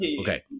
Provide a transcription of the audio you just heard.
Okay